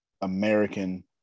American